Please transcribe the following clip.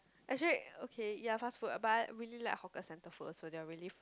actually okay ya fast food but I really like hawker centre food also they are really